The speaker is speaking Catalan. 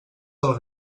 del